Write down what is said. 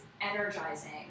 energizing